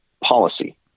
policy